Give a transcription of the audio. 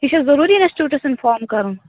یہِ چھا ضروٗری اِنَسچیوٗٹَس اِنفارم کَرُن